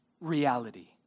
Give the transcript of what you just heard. reality